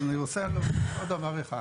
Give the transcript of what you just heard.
אבל אני רוצה להוסיף עוד דבר אחד.